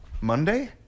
Monday